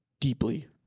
deeply